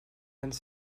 vingt